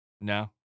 No